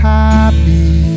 happy